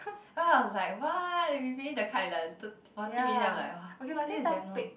and I was like what we finish the card in like thirt~ fourteen minutes then I'm like !wah! this is damn long